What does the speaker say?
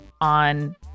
on